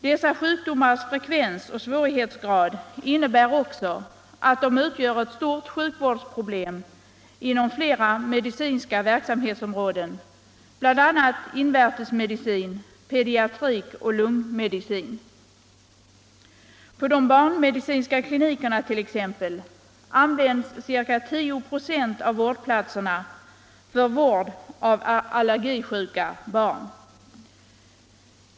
Dessa sjukdomars frekvens och svårighetsgrad innebär också att de utgör ett stort sjukvårdsproblem inom flera medicinska verksamhetsområden, bl.a. invärtesmedicin, pediatrik och lungmedicin. På de barnmedicinska klinikerna t.ex. används ca 10 96 av vårdplatserna för vård av allergisjuka barn.